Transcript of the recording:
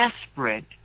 desperate